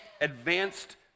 advanced